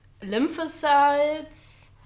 lymphocytes